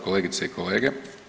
Kolegice i kolege.